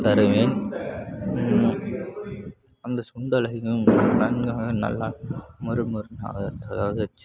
தருவேன் அந்த சுண்டலையும் நன்றாக நல்லா மொறுமொறு வேக வச்சு